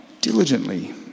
diligently